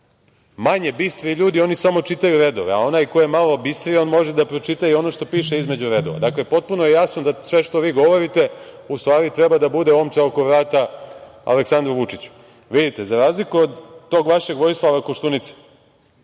Manje bistri ljudi samo čitaju redove, a onaj ko je malo bistriji on može da pročita i ono što piše između redova. Dakle, potpuno je jasno da sve što vi govorite u stvari treba da bude omča oko vrata Aleksandru Vučiću. Vidite, za razliku od tog vašeg Vojislava Koštunice,